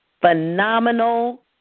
phenomenal